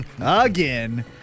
again